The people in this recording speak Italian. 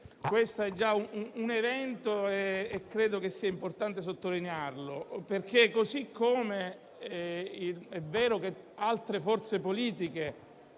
questo è già un evento e credo sia importante sottolinearlo. Infatti, così come è vero che altre forze politiche